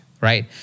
right